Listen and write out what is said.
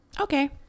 Okay